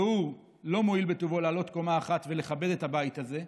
והוא לא מואיל בטובו לעלות קומה אחת ולכבד את הבית הזה.